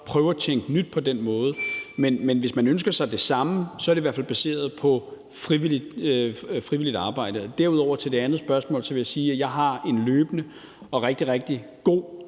prøve at tænke nyt på den måde. Men hvis man ønsker sig det samme, så er det i hvert fald baseret på frivilligt arbejde. Til det andet spørgsmål vil jeg sige, at jeg har en løbende og rigtig, rigtig god